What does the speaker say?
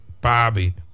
Bobby